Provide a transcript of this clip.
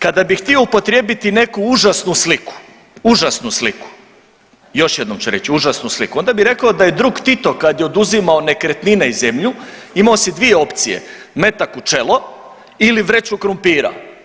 Kada bih htio upotrijebiti neku užasnu sliku, još jednom ću reći užasnu sliku, onda bih rekao da je drug Tito kad je oduzimao nekretnine i zemlju imao si dvije opcije metak u čelo ili vreću krumpira.